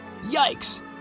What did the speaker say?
yikes